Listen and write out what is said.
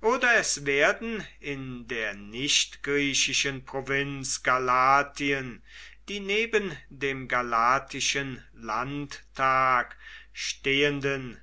oder es werden in der nichtgriechischen provinz galatien die neben dem galatischen landtag stehenden